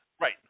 Right